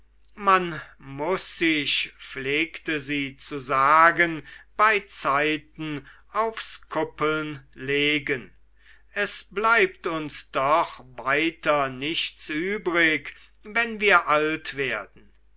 man muß sich pflegte sie zu sagen beizeiten aufs kuppeln legen es bleibt uns doch weiter nichts übrig wenn wir alt werden